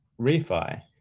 refi